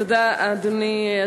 תודה, אדוני.